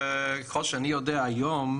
וככל שאני יודע היום,